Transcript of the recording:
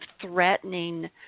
threatening